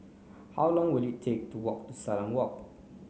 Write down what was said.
how long will it take to walk to Salam Walk